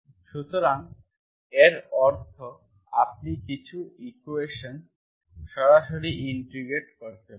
সুতরাং এর অর্থ আপনি কিছু ইকুয়েশন্স সরাসরি ইন্টিগ্রেট করতে পারেন